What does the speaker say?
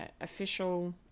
official